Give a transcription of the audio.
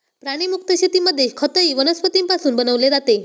प्राणीमुक्त शेतीमध्ये खतही वनस्पतींपासून बनवले जाते